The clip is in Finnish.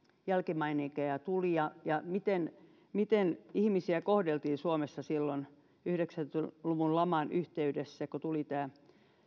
jälkimaininkeja tuli ja ja miten miten ihmisiä kohdeltiin suomessa silloin yhdeksänkymmentä luvun laman yhteydessä kun tuli tämä